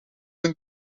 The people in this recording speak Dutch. een